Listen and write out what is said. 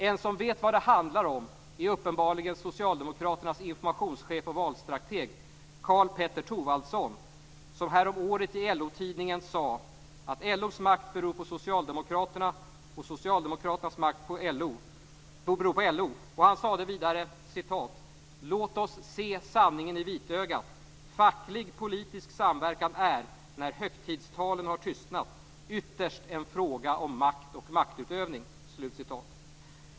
En som vet vad det handlar om är uppenbarligen tidningen sade att LO:s makt beror på Socialdemokraterna och Socialdemokraternas makt beror på LO. Han sade vidare: "Låt oss se sanningen i vitögat. Facklig-politisk samverkan är, när högtidstalen har tystnat, ytterst en fråga om makt och maktutövning."